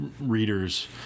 readers